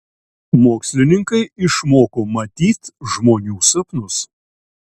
mokslininkai išmoko matyt žmonių sapnus